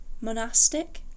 monastic